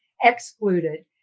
excluded